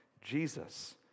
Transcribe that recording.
Jesus